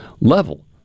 level